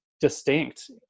distinct